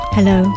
hello